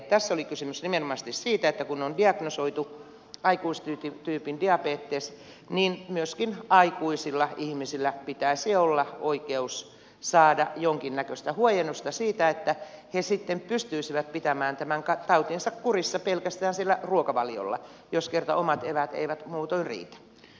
tässä oli kysymys nimenomaisesti siitä että kun on diagnosoitu aikuistyypin diabetes niin myöskin aikuisilla ihmisillä pitäisi olla oikeus saada jonkinnäköistä huojennusta että he sitten pystyisivät pitämään tämän tautinsa kurissa pelkästään ruokavaliolla jos kerta omat eväät eivät muutoin riitä